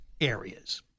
areas